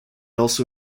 also